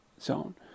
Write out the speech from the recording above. zone